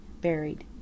buried